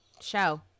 show